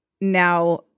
now